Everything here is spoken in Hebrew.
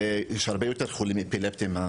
יש הרבה יותר חולים אפילפטיים.